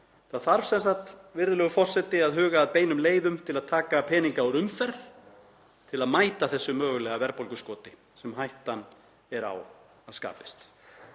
Það þarf sem sagt, virðulegur forseti, að huga að beinum leiðum til að taka peninga úr umferð til að mæta þessu mögulega verðbólguskoti sem hættan er á að skapist.